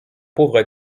pauvre